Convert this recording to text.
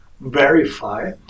verify